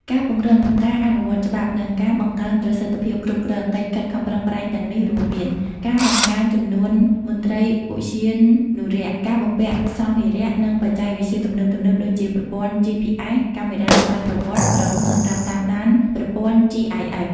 ការពង្រឹងការអនុវត្តច្បាប់ និងការបង្កើនប្រសិទ្ធភាពគ្រប់គ្រង កិច្ចខិតខំប្រឹងប្រែងទាំងនេះរួមមាន ការបង្កើនចំនួនមន្ត្រីឧទ្យានុរក្ស ការបំពាក់សម្ភារៈ និងបច្ចេកវិទ្យាទំនើបៗដូចជា ប្រព័ន្ធ GPS កាមេរ៉ាស្វ័យប្រវត្តិ ដ្រូនសម្រាប់តាមដាន ប្រព័ន្ធ GIS។